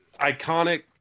iconic